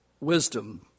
wisdom